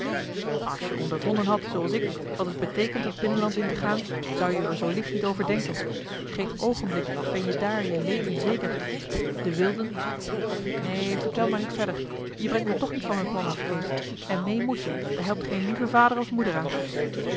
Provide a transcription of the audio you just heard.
als je ondervonden hadt zooals ik wat het beteekent het binnenland in te gaan zou je er zoo licht niet over denken geen oogenblik ben je daar je leven zeker de wilden neen vertel maar niet verder je brengt me toch niet van mijn plan af kees en mee moet je daar helpt geen lieve vader of moeder aan